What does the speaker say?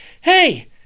hey